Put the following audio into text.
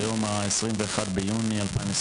היום ה-21 ביוני 2023,